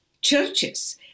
churches